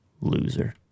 Loser